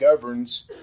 governs